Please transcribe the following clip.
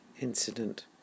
incident